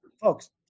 folks